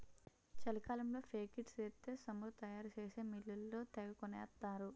చలికాలంలో ఫేక్సీడ్స్ ఎత్తే సమురు తయారు చేసే మిల్లోళ్ళు తెగకొనేత్తరు